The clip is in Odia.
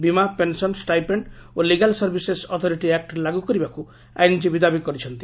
ବୀମା ପେନ୍ସନ୍ ଷ୍ଟାଇପେଣ୍ ଓ ଲିଗାଲ୍ ସର୍ଭିସେସ୍ ଅଥରିଟି ଆକୁ ଲାଗୁ କରିବାକୁ ଆଇନଜୀବୀ ଦାବି କରିଛନ୍ତି